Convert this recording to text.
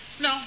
No